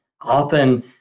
Often